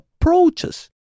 approaches